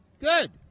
Good